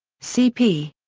cp.